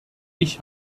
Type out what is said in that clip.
ich